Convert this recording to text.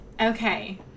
Okay